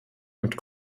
mit